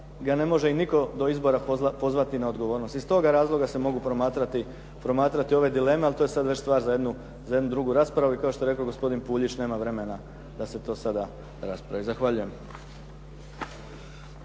ga ne može i nitko do izbora pozvati na odgovornost. Iz toga razloga se mogu promatrati ove dileme, ali to je sad već stvar za jednu drugu raspravu i kao što je rekao gospodin Puljić nema vremena da se to sada raspravi. Zahvaljujem.